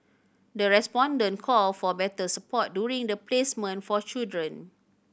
the respondent called for better support during the placement for children